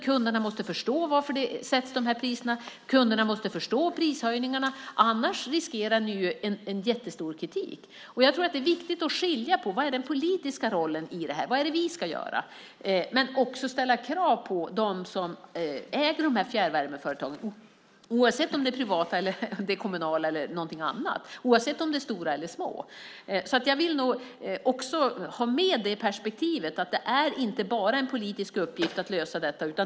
Kunderna måste förstå hur dessa priser sätts och prishöjningarna. Annars riskerar ni en jättestor kritik. Det är viktigt att skilja på det. Vad är den politiska rollen i detta? Vad är det vi ska göra? Men vi ska också ställa krav på dem som äger fjärrvärmeföretagen oavsett om det är privata företag, kommunala eller någonting annat, och oavsett om det är stora eller små. Jag vill ha med i perspektivet att det inte bara är en politisk uppgift att lösa detta.